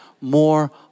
more